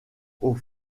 aux